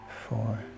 four